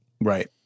Right